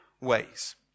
ways